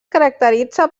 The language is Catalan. caracteritza